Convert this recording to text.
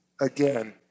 Again